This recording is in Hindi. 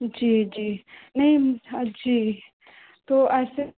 जी जी नहीं जी तो ऐसे